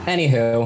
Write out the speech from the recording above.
Anywho